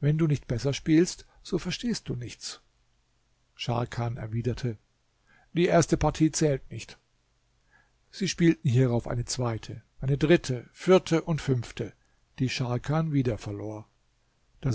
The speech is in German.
wenn du nicht besser spielst so verstehst du nichts scharkan erwiderte die erste partie zählt nicht sie spielten hierauf eine zweite eine dritte vierte und fünfte die scharkan wieder verlor